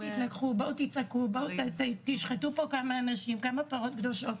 "בואו, תצעקו, תשחטו כמה פרות קדושות".